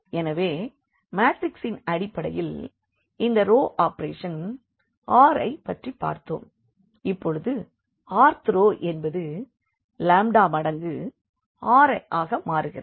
எனவே மாட்ரிக்ஸ் இன் அடிப்படையில் இந்த ரோ ஆபேரேஷன் Ri பற்றி பார்த்தோம் இப்பொழுது i th ரோ என்பது லாம்டா மடங்கு Ri ஆக மாறுகிறது